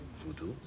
voodoo